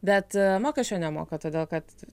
bet mokesčio nemoka todėl kad